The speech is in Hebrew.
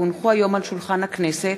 כי הונחו היום על שולחן הכנסת,